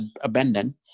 abandoned